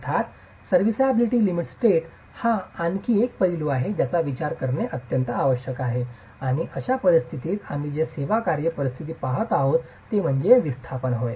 अर्थात serviceability limit state हा आणखी एक पैलू आहे ज्याचा विचार करणे आवश्यक आहे आणि अशा परिस्थितीत आम्ही जे सेवाकार्य परिस्थिती पाहत आहोत ते म्हणजे विस्थापन होय